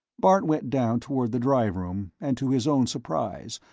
bart went down toward the drive room, and to his own surprise,